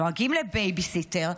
דואגים לבייביסיטר,